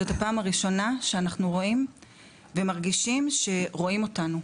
זאת הפעם הראשונה שאנחנו רואים ומרגישים שרואים אותנו,